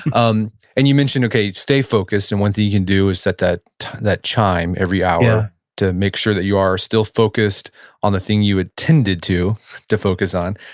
um and you mentioned, okay, stay focused, and one thing you can do is set that that chime every hour to make sure that you are still focused on the thing you intended to to focus on.